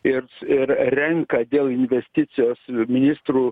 ir ir renka dėl investicijos ministrų